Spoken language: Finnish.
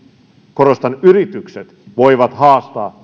korostan yritykset voivat haastaa